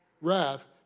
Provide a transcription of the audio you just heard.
wrath